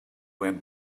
him